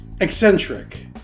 eccentric